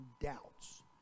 doubts